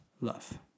love